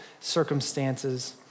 circumstances